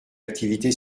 activité